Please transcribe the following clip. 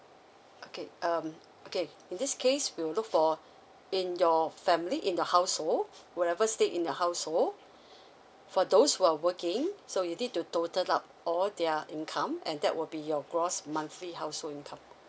okay um okay in this case we'll look for in your family in your household whoever stay in your household for those who are working so you need to total up all their income and that will be your gross monthly household income